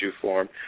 form